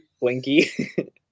Blinky